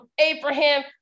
Abraham